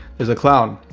there's a clown.